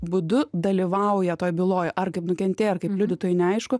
būdu dalyvauja toj byloj ar kaip nukentėję ar kaip liudytojai neaišku